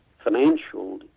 financial